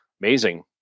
amazing